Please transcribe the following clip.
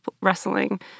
wrestling